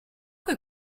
que